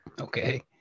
okay